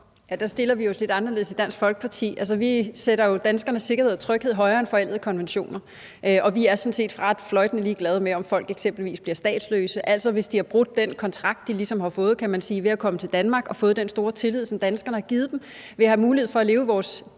Der stiller vi jo os lidt anderledes i Dansk Folkeparti. Vi sætter danskernes sikkerhed og tryghed højere end forældede konventioner, og vi er sådan set fløjtende ligeglade med, om folk eksempelvis bliver statsløse. Altså, hvis de har brudt den kontrakt, de ligesom har indgået ved at komme til Danmark, og nydt den store tillid, som danskerne har vist dem, og vil have mulighed for at leve i vores